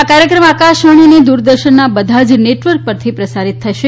આ કાર્યક્રમ આકાશવાણી અને દૂરદર્શનના બધા જ નેટવર્ક પરથી પ્રસારિત થશે